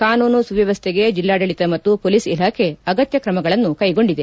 ಕಾನೂನು ಸುವ್ಯವಸ್ಥೆಗೆ ಜಿಲ್ಲಾಡಳಿತ ಮತ್ತು ಪೊಲೀಸ್ ಇಲಾಖೆ ಅಗತ್ಯ ಕ್ರಮಗಳನ್ನು ಕೈಗೊಂಡಿದೆ